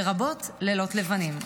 לרבות לילות לבנים.